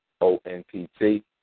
O-N-P-T